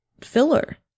filler